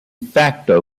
facto